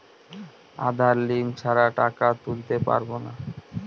আধার link ছাড়া টাকা তুলতে পারব না?